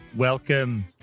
Welcome